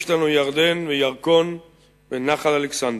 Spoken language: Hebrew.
לנו יש ירדן וירקון ונחל-אלכסנדר.